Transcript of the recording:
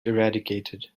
eradicated